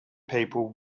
people